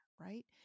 right